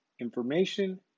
information